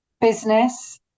business